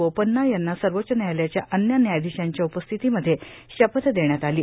बोपन्ना यांना सर्वाच्च न्यायालयाच्या अन्य न्यायधीशांच्या उपस्थितीमध्ये शपथ देण्यात आलो